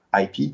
IP